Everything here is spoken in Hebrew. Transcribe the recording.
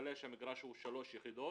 מגלה שהמגרש הוא שלוש יחידות